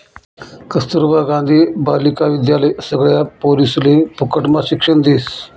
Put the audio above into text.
कस्तूरबा गांधी बालिका विद्यालय सगळ्या पोरिसले फुकटम्हा शिक्षण देस